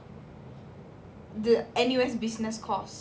the N_U_S business course